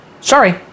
Sorry